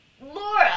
laura